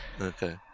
Okay